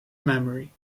memory